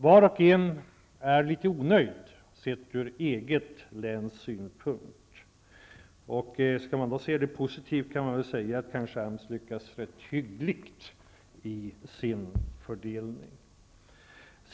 Var och en är alltså litet missnöjd ur det egna länets synpunkt. Skall man se det positivt kan man väl säga att AMS lyckas rätt hyggligt i sin fördelning.